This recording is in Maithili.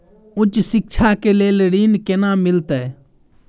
उच्च शिक्षा के लेल ऋण केना मिलते?